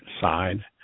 side